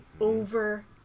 over